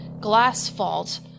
glass-fault